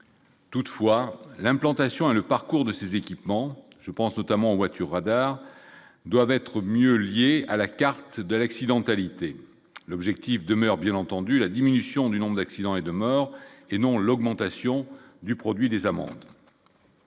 toutefois l'implantation et le parcours de ces équipements, je pense notamment aux voitures radars doivent être mieux liés à la carte de l'accidentalité l'objectif demeure bien entendu, la diminution du nombre d'accidents et de morts, et non l'augmentation du produit des amendes